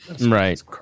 Right